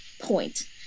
point